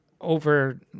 over